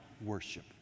worship